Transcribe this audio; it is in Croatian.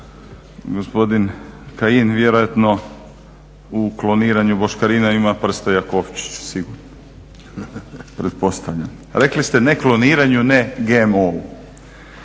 Gospodin Kajin vjerojatno u kloniranju boškarina ima prste gospodin Jakovčić sigurno, pretpostavlja. Rekli ste ne kloniranju ne GMO-u.